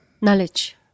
Knowledge